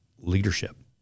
leadership